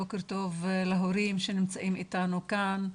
בוקר טוב להורים שנמצאים איתנו כאן,